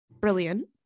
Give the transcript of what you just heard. Brilliant